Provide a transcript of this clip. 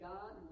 God